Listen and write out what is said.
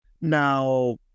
Now